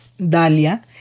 Dalia